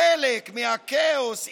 חלק מהכאוס,